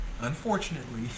unfortunately